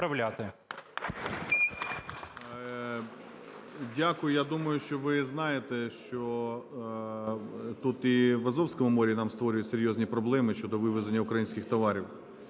Дякую. Я думаю, що ви знаєте, що тут і в Азовському морі нам створюють серйозні проблеми щодо вивезення українських товарів.